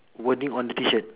wording on the T shirt